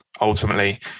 ultimately